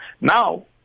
now